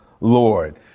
Lord